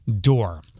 Door